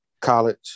college